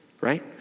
right